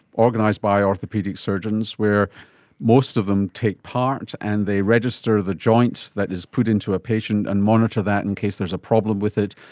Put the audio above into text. organised by orthopaedic surgeons, where most of them take part and they register the joint that is put into a patient and monitor that in case there's a problem with it,